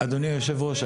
אדוני היושב ראש,